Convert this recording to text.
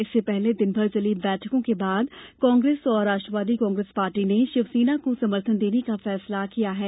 इससे पहले दिन भर चली बैठकों के बाद कांग्रेस और राष्ट्रवादी कांग्रेस पार्टी ने शिवसेना को समर्थन देने का फैसला किया है